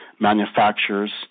manufacturers